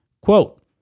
Quote